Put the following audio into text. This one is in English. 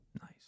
Nice